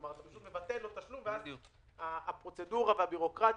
כלומר פשוט מבטלים להם תשלום ואז מדלגים על הפרוצדורה ועל הבירוקרטיה.